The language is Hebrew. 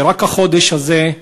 הרווחה והבריאות,